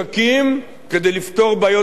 כדי לפתור בעיות מיוחדות,